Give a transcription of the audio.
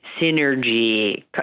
synergy